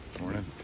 Morning